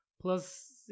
plus